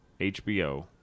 HBO